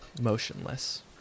motionless